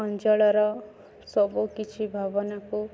ଅଞ୍ଚଳର ସବୁକିଛି ଭାବନାକୁ